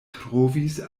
trovis